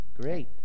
Great